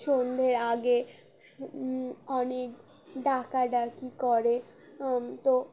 সন্ধ্যের আগে অনেক ডাকাডাকি করে তো